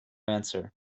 answer